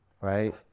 right